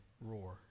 roar